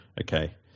okay